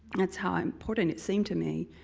that's how important it seemed to me.